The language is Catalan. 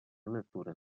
lectures